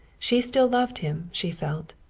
she still loved him, she felt.